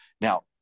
Now